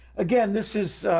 again, this is,